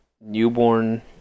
newborn